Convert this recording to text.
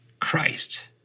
Christ